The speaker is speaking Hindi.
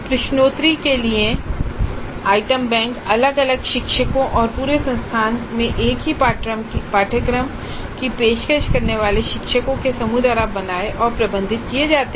प्रश्नोत्तरी के लिए आइटम बैंक अलग अलग शिक्षकों या पूरे संस्थान में एक ही पाठ्यक्रम की पेशकश करने वाले शिक्षकों के समूह द्वारा बनाए और प्रबंधित किए जाते हैं